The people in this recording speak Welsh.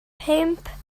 pump